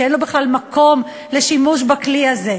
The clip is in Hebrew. ואין בכלל מקום לשימוש בכלי הזה.